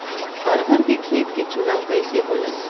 अरहर के खेत के चुनाव कइसे होला?